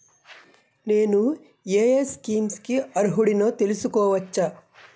నేను యే యే స్కీమ్స్ కి అర్హుడినో తెలుసుకోవచ్చా?